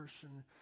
person